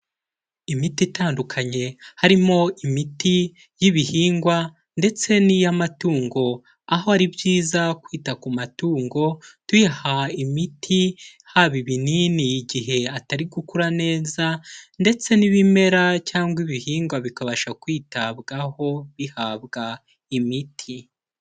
Imiti itandukanye harimo imiti y'ibihingwa ndetse n'iy'amatungo, aho ari byiza kwita ku matungo tuyaha imiti haba ibinini igihe atari gukura neza, ndetse n'ibimera cyangwa ibihingwa bikabasha kwitabwaho bihabwa imiti.